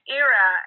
era